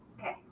okay